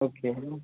okay